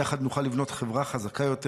יחד נוכל לבנות חברה חזקה יותר,